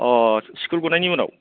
अ' school गनायनि उनाव